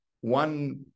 one